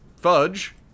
Fudge